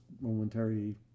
momentary